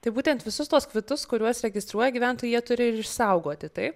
tai būtent visus tuos kvitus kuriuos registruoja gyventojai jie turi ir išsaugoti taip